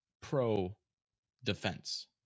pro-defense